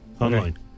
Online